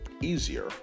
easier